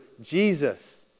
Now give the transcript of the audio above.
Jesus